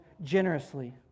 generously